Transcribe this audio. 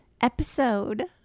episode